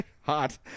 hot